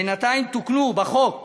בינתיים תוקנו בחוק